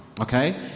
Okay